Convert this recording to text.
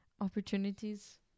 opportunities